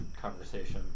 conversation